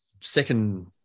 second